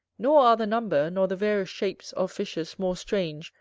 nor are the number, nor the various shapes, of fishes more strange,